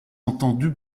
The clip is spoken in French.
entendu